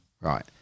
right